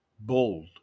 bold